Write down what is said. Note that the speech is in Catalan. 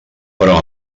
però